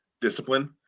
discipline